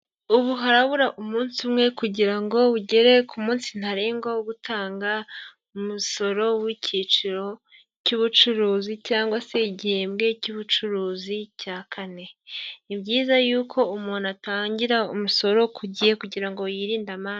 Ubu harabura umunsi umwe, kugira ngo bugere ku munsi ntarengwa wo gutanga umusoro w'icyiciro cy'ubucuruzi cyangwa se igihembwe cy'ubucuruzi cya kane, ni ibyiza yuko umuntu atangira umusoro ku gihe kugira ngo yirinde amande.